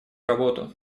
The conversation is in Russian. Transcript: работу